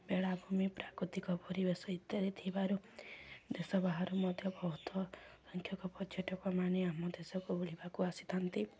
ବେଳାଭୂମି ପ୍ରାକୃତିକ ପରିବେଶ ଇତ୍ୟାଦି ଥିବାରୁ ଦେଶ ବାହାରୁ ମଧ୍ୟ ବହୁତ ସଂଖକ ପର୍ଯ୍ୟଟକ ମାନେ ଆମ ଦେଶକୁ ବୁଲିବାକୁ ଆସିଥାନ୍ତି